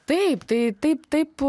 taip tai taip taip